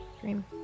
Dream